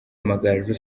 amagaju